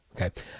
Okay